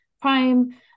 Prime